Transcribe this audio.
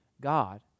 God